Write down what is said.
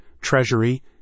Treasury